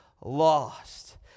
lost